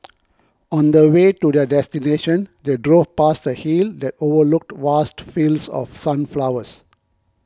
on the way to their destination they drove past a hill that overlooked vast fields of sunflowers